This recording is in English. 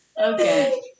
Okay